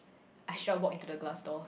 I shall walk into the glass door